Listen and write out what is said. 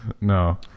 No